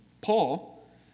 Paul